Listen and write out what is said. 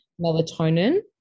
melatonin